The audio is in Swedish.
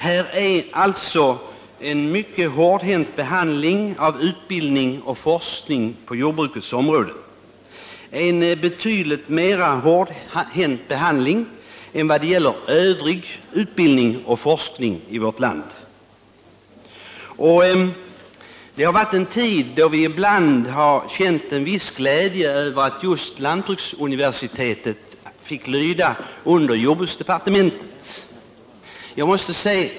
Här sker alltså en mycket hårdhänt behandling av utbildning och forskning på jordbrukets område, en betydligt mera hårdhänt behandling än vad som gäller övrig utbildning och forskning i vårt land. Det har funnits tider då vi känt en viss glädje över att lantbruksuniversitetet fick lyda under jordbruksdepartementet.